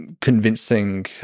convincing